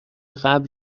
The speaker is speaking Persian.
قبل